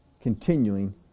continuing